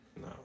No